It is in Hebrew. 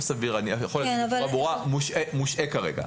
לא סביר להניח, מושעה כרגע.